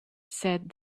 said